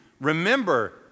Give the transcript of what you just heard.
Remember